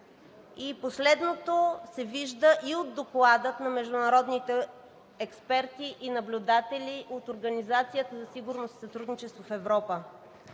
Последното се вижда и от Доклада на международните експерти и наблюдатели от Организацията за сигурност и сътрудничество в Европа.